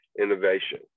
innovation